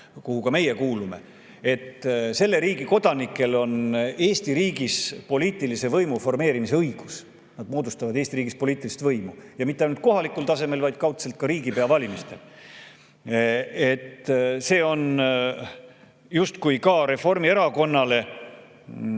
kuhu ka meie kuulume –, on Eesti riigis poliitilise võimu formeerimise õigus. Nad moodustavad Eesti riigis poliitilist võimu, ja mitte ainult kohalikul tasemel, vaid kaudselt ka riigipea valimistel. See on justkui ka Reformierakonnale